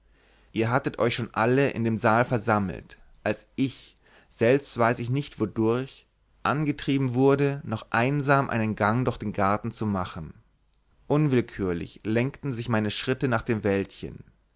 ihr hattet euch schon alle in dem saal versammelt als ich selbst weiß ich nicht wodurch angetrieben wurde noch einsam einen gang durch den garten zu machen unwillkürlich lenkten sich meine schritte nach dem wäldchen